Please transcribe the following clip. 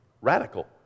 radical